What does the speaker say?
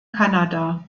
kanada